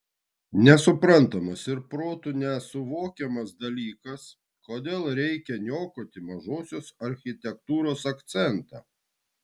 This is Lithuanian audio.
nesuprantamas ir protu nesuvokiamas dalykas kodėl reikia niokoti mažosios architektūros akcentą